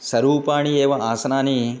सरूपाणि एव आसनानि